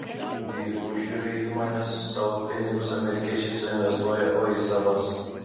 ne į užjūrio įmones savo pinigus amerikiečiai suinvestuoja o į savas